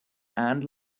and